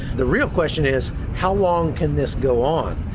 the reel question is how long can this go on?